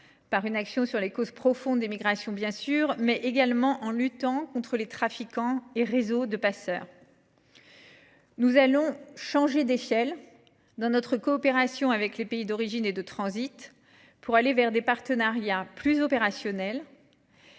par des actions sur les causes profondes des migrations, mais également par une lutte contre les trafiquants et réseaux de passeurs. Nous changerons d’échelle dans notre coopération avec les pays d’origine et de transit pour nous diriger vers des partenariats plus opérationnels